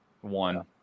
one